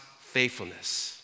faithfulness